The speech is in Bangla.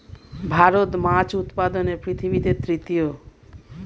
ভারত মাছ উৎপাদনে পৃথিবীতে তৃতীয়